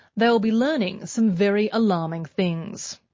they'll be learning some very alarming things.